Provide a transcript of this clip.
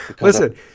Listen